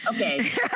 okay